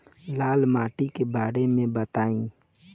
लाल माटी के बारे में बताई